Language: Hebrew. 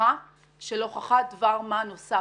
המשוכה של הוכחת דבר מה נוסף.